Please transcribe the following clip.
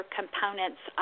components